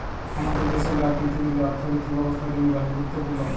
আমাদের দ্যাশেল্লে আর পীরথিবীল্লে অথ্থলৈতিক ব্যবস্থার জ্যনহে ব্যাংক গুরুত্তপুর্ল